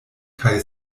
kaj